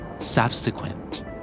Subsequent